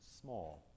small